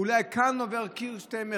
אולי כאן עובר קיר תמך,